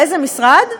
לאיזה משרד?